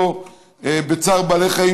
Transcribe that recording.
ולא בצער בעלי חיים,